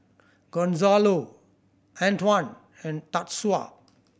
Gonzalo Antwan and Tatsuo